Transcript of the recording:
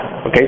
Okay